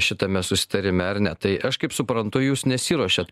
šitame susitarime ar ne tai aš kaip suprantu jūs nesiruošėt